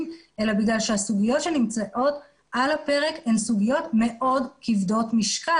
אלא בגלל שהסוגיות שנמצאות על הפרק הן סוגיות מאוד כבדות משקל.